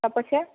ତା ପଛେ